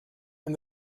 and